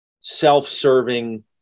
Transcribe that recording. self-serving